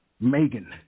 Megan